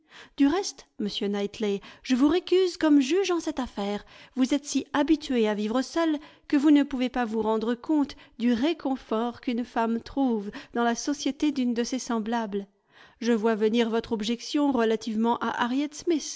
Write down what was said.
du reste monsieur knightley je vous récuse comme juge en cette affaire vous êtes si habitué à vivre seul que vous ne pouvez pas vous rendre compte du réconfort qu'une femme trouve dans la société d'une de ses semblables je vois venir votre objection relativement à harriet